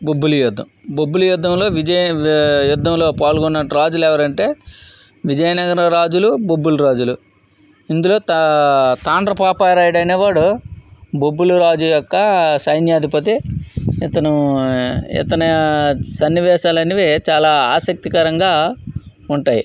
బొబ్బిలి యుద్ధం బొబ్బిలి యుద్ధంలో విజయ యుద్ధంలో పాల్గున్నట్టి రాజులు ఎవరంటే విజయనగరం రాజులు బొబ్బిలి రాజులు ఇందులో తా తాండ్రపాపారాయుడు అనే వాడు బొబ్బిలి రాజు యొక్క సైన్యాధిపతి ఇతను ఇతను సన్నివేశాలు అనేవి చాలా ఆసక్తికరంగా ఉంటాయి